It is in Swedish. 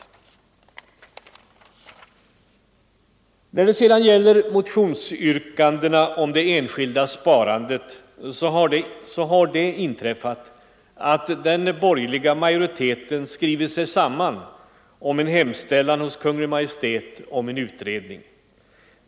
enskilda sparandet När det sedan gäller motionsyrkandena om det enskilda sparandet så — m.m. har det inträffat att den borgerliga majoriteten skrivit sig samman om en hemställan hos Kungl. Maj:t om utredning.